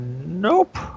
nope